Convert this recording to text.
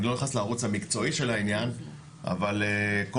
אני לא נכנס לערוץ המקצועי של העניין אבל כל